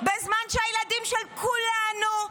בזמן שהילדים של כולנו,